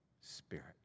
spirit